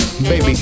Baby